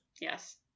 Yes